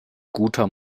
guter